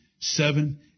Seven